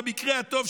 במקרה הטוב,